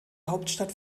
hauptstadt